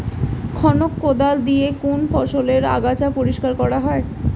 খনক কোদাল দিয়ে কোন ফসলের আগাছা পরিষ্কার করা হয়?